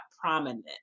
prominent